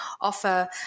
offer